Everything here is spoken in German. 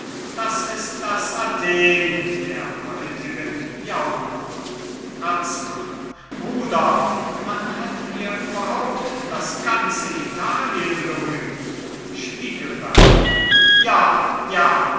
das ist das athen der heutigen gauner razmann bruder man hat mir überhaupt das ganze italien gerühmt spiegelberg ja ja